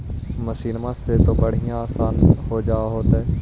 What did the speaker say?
मसिनमा से तो बढ़िया आसन हो होतो?